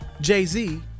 Jay-Z